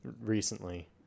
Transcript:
recently